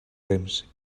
rems